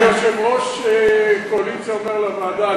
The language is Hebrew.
יושב-ראש הקואליציה אומר לוועדה,